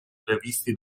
previsti